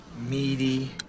meaty